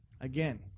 again